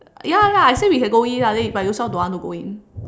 ya ya I say we can go in ah then you but ownself don't want to go in